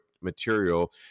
material